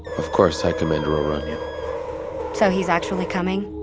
of course, high commander o'rania so he's actually coming?